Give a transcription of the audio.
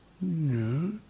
No